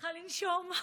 צריכה לנשום.